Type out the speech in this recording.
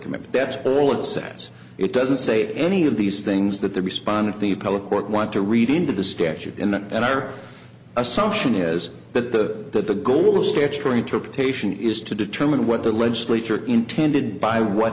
commitment that's all it says it doesn't say any of these things that the respondent the appellate court want to read into the statute in and our assumption is that the goal of statutory interpretation is to determine what the legislature intended by what